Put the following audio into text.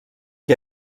que